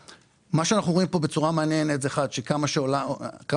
איך שהם מנהלים את סיכון הנזילות שלהם או את סיכון השוק שלהם וגם